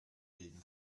bilden